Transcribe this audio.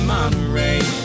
Monterey